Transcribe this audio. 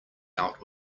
out